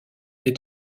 est